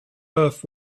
earth